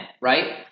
right